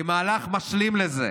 כמהלך משלים לזה,